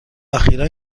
اخیرا